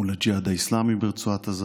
מול הג'יהאד האסלאמי ברצועת עזה.